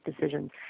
decisions